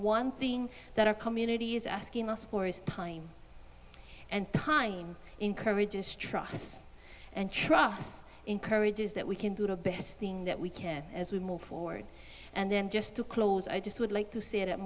one thing that our community is asking us for is time and time encourages trust and trust encourages that we can do the best thing that we can as we move forward and then just to close i just would like to say at